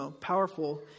powerful